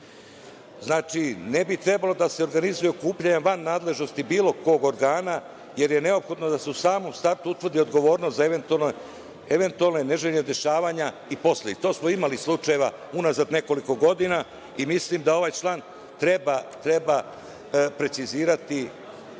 Znači, ne bi trebalo da se organizuje okupljanje van nadležnosti bilo kog organa, jer je neophodno da se u samom startu utvrdi odgovornost za eventualno neželjena dešavanja i posledice. Imali smo slučajeve unazad nekoliko godina i mislim da ovaj član treba precizirati